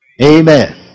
Amen